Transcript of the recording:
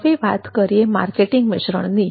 હવે વાત કરીએ માર્કેટિંગ મિશ્રણની